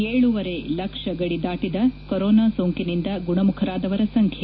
ಏಳೂವರೆ ಲಕ್ಷ ಗದಿ ದಾಟಿದ ಕೊರೋನಾ ಸೋಂಕಿನಿಂದ ಗುಣಮುಖರಾದವರ ಸಂಖ್ಯೆ